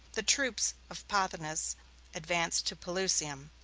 the troops of pothinus advanced to pelusium.